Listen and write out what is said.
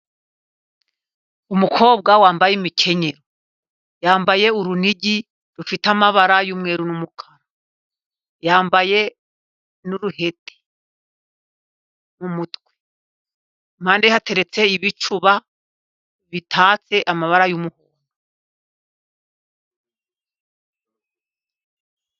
Umukobwa wambaye imikenyero, yambaye urunigi rufite amabara y'umweru n'umukara, yambaye n'uruhete mu mutwe, impande ye hateretse ibicuba bitatse amabara y'umuhondo.